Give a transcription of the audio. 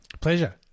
pleasure